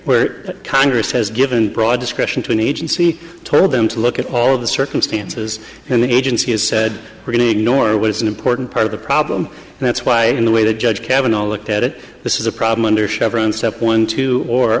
where congress has given broad discretion to an agency told them to look at all of the circumstances and the agency has said we're going to ignore was an important part of the problem and that's why in the way the judge kavanaugh looked at it this is a problem under chevron step one two or